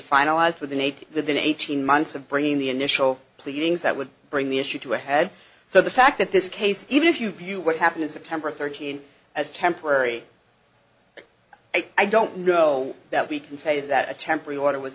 eight within eighteen months of bringing the initial pleadings that would bring the issue to a head so the fact that this case even if you view what happened in september thirteenth as temporary i don't know that we can say that a temporary order was